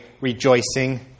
rejoicing